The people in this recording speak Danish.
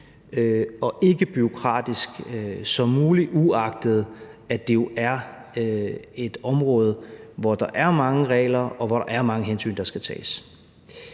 og ikkebureaukratisk som muligt, uagtet at det jo er et område, hvor der er mange regler, og hvor der er mange hensyn, der skal tages.